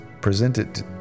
presented